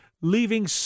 leaving